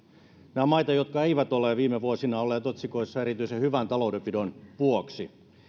nämä ovat maita jotka eivät ole viime vuosina olleet otsikoissa erityisen hyvän taloudenpidon vuoksi